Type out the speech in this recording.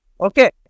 Okay